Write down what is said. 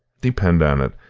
depend on it,